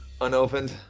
unopened